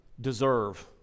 deserve